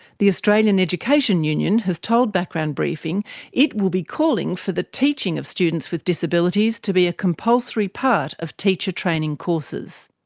the australian education union has told background briefing it will be calling for the teaching of students with disabilities to be a compulsory part of teacher training courses.